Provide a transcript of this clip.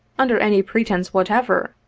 under any pretence whatever,